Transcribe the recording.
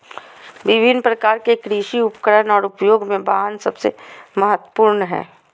विभिन्न प्रकार के कृषि उपकरण और उपयोग में वाहन सबसे महत्वपूर्ण हइ